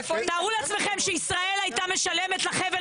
תארו לעצמכם שישראל היתה משלמת לחבל